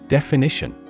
Definition